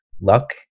Luck